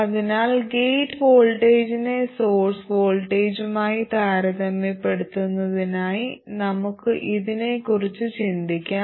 അതിനാൽ ഗേറ്റ് വോൾട്ടേജിനെ സോഴ്സ് വോൾട്ടേജുമായി താരതമ്യപ്പെടുത്തുന്നതായി നമുക്ക് ഇതിനെക്കുറിച്ച് ചിന്തിക്കാം